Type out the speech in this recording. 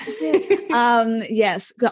Yes